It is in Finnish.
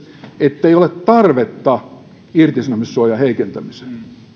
ettei ole tarvetta irtisanomissuojan heikentämiseen